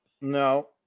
No